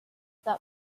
that